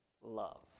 ...love